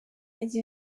ageza